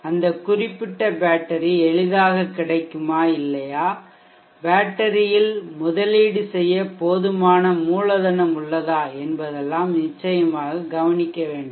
அந்த குறிப்பிட்ட பேட்டரி எளிதாக கிடைக்குமா இல்லையா பேட்டரியில் முதலீடு செய்ய போதுமான மூலதனம் உள்ளதா என்பதெல்லாம் நிச்சயமாக கவனிக்க வேண்டும்